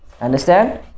Understand